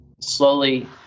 slowly